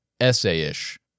essay-ish